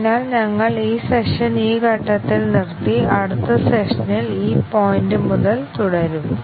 അതിനാൽ ഞങ്ങൾ ഈ സെഷൻ ഈ ഘട്ടത്തിൽ നിർത്തി അടുത്ത സെഷനിൽ ഈ പോയിന്റ് മുതൽ തുടരും